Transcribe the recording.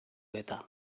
eta